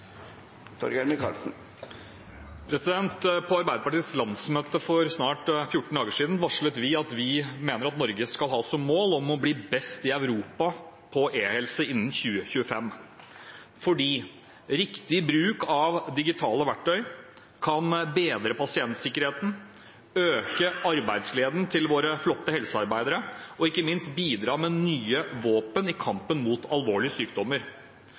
På Arbeiderpartiets landsmøte for snart 14 dager siden varslet vi at vi mener at Norge skal ha som mål å bli best i Europa på e-helse innen 2025, fordi riktig bruk av digitale verktøy kan bedre pasientsikkerheten, øke arbeidsgleden til våre flotte helsearbeidere og ikke minst bidra med nye våpen i kampen mot alvorlige sykdommer.